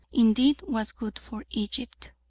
indeed, was good for egypt.